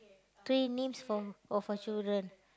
three names for oh for children